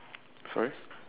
sorry